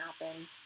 happen